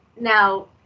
Now